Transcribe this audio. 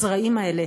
הזרעים האלה,